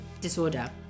disorder